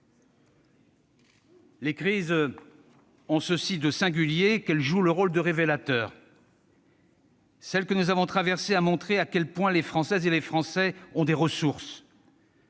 Les crises ont ceci de singulier qu'elles jouent le rôle de révélateur. Celle que nous avons traversée a montré à quel point les Françaises et les Français ont des ressources.